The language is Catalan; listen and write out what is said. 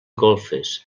golfes